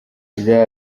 neza